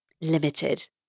limited